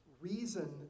reason